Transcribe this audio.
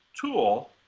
tool